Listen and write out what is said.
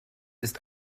ist